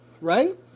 Right